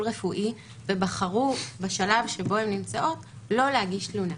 רפואי ובחרו בשלב שבו הן נמצאות לא להגיש תלונה.